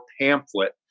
pamphlet